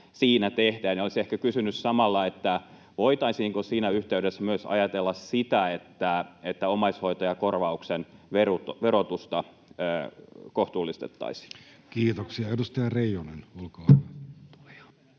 olisin ehkä kysynyt samalla, voitaisiinko siinä yhteydessä myös ajatella sitä, että omaishoitajakorvauksen verotusta kohtuullistettaisiin. [Annika Saarikon välihuuto]